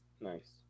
Nice